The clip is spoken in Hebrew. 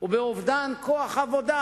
ובאובדן כוח עבודה.